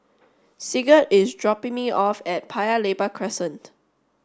Sigurd is dropping me off at Paya Lebar Crescent